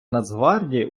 нацгвардії